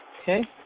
Okay